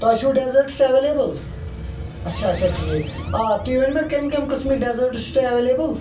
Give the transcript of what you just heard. تۄہہِ چھو designs available اچھا اچھا ٹھیٖکھ آ تُہۍ ؤنیو مےٚ کمہِ کمہِ قٔسمٕک ڈٮ۪زأس چھو تۄہہِ ایٚولیبٕل